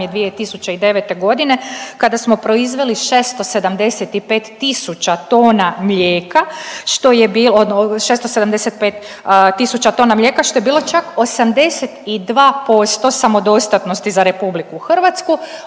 2009. godine kada smo proizveli 675000 tona mlijeka što je bilo čak 82% samodostatnosti za Republiku Hrvatsku.